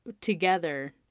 together